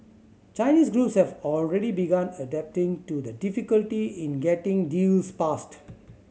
Chinese groups have already begun adapting to the difficulty in getting deals passed